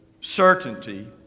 certainty